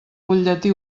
butlletí